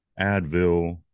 Advil